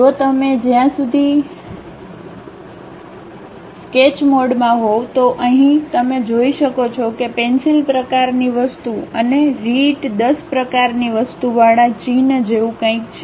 જો તમે જ્યાં સુધી તમે સ્કેચ મોડમાં હોવ તો અહીં તમે જોઈ શકો છો કે પેંસિલ પ્રકારની વસ્તુ અને રિઈટ 10 પ્રકારની વસ્તુવાળા ચિહ્ન જેવું કંઈક છે